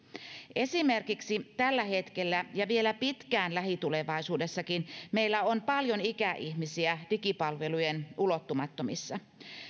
esimerkiksi tällä hetkellä ja vielä pitkään lähitulevaisuudessakin meillä on paljon ikäihmisiä digipalvelujen ulottumattomissa